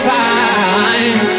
time